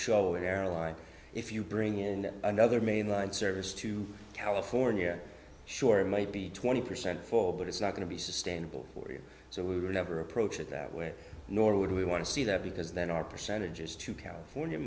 show an airline if you bring in another mainline service to california sure it might be twenty percent fall but it's not going to be sustainable for you so we were never approached it that way nor would we want to see that because then our percentages to california